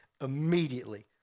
immediately